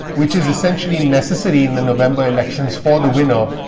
which is essentially necessary in the november elections for the winner.